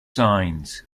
signs